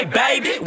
baby